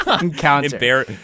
encounter